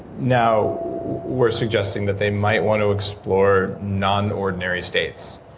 now we're suggesting that they might want to explore non-ordinary states.